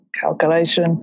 calculation